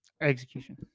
Execution